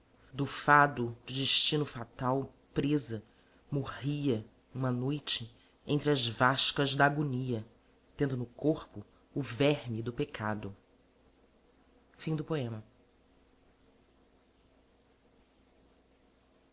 do fado do destino fatal presa morria uma noite entre as vascas da agonia tendo no corpo o verme do pecado